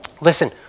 listen